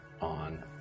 on